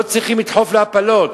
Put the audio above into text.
לא צריכים לדחוף לה הפלות.